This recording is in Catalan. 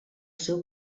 seu